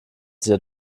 sich